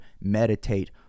meditate